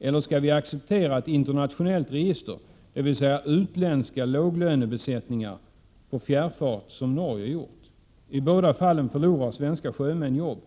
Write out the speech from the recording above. Eller ska vi acceptera ett internationellt register — dvs utländska låglönebesättningar — på fjärrsjöfart som Norge gjort? I båda fallen förlorar svenska sjömän jobb.